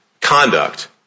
conduct